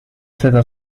seda